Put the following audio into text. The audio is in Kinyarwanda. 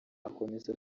akomeza